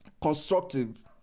constructive